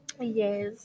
Yes